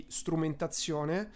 strumentazione